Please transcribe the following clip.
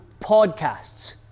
podcasts